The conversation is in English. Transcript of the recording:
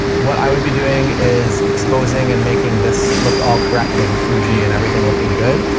what i would be doing is exposing and making this look all correct and fuji and everything looking good.